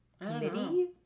committee